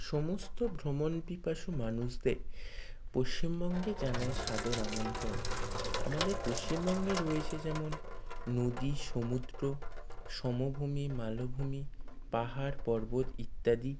সমস্ত ভ্রমণ পিপাসু মানুষদের পশ্চিমবঙ্গে জানাই সাদর আমন্ত্রণ আমাদের পশ্চিমবঙ্গে রয়েছে যেমন নদী সমুদ্র সমভূমি মালভূমি পাহাড় পর্বত ইত্যাদি